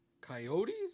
Coyotes